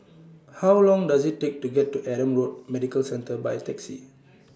How Long Does IT Take to get to Adam Road Medical Centre By Taxi